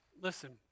Listen